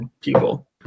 people